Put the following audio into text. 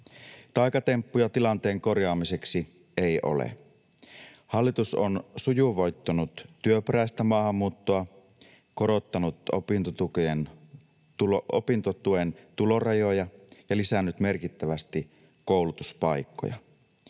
Taikatemppuja tilanteen korjaamiseksi ei ole. Hallitus on sujuvoittanut työperäistä maahanmuuttoa, korottanut opintotuen tulorajoja ja lisännyt merkittävästi koulutuspaikkoja.